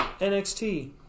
NXT